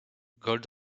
gold